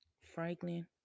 Franklin